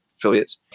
affiliates